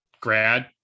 grad